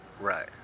right